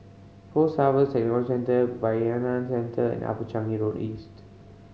Post Harvest Technology Centre Bayanihan Centre and Upper Changi Road East